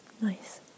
Nice